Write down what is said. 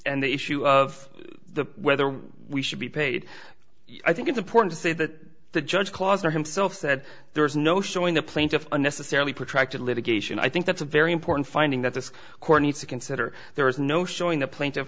and the issue of the whether we should be paid i think it's important to say that the judge clause or himself said there is no showing the plaintiff unnecessarily protracted litigation i think that's a very important finding that the court needs to consider there is no showing the pla